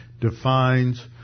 defines